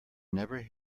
never